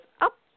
up